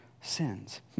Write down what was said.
sins